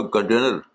Container